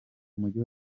umujyi